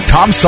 Tom